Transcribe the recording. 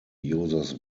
uses